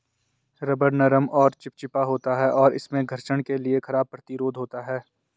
rubber नरम और चिपचिपा होता है, और इसमें घर्षण के लिए खराब प्रतिरोध होता है